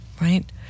right